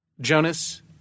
Jonas